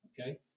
okay